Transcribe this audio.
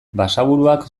basaburuak